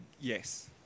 Yes